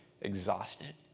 exhausted